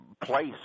place